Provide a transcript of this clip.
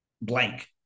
blank